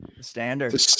Standard